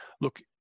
Look